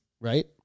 right